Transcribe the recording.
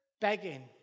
begging